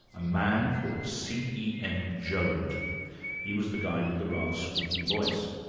a man called c. e. m. joad he was the guy with the rather squeaky voice.